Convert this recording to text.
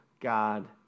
God